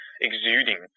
exuding